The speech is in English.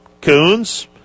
Coons